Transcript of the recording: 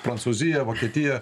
prancūzija vokietija